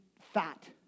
fat